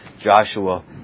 Joshua